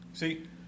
See